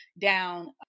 down